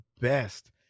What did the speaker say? best